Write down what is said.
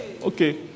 Okay